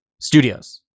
studios